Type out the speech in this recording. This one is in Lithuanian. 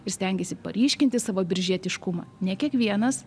ir stengiasi paryškinti savo biržietiškumą ne kiekvienas